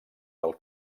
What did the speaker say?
del